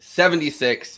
seventy-six